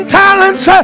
talents